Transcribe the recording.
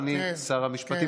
אדוני שר המשפטים,